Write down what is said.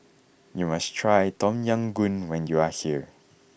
you must try Tom Yam Goong when you are here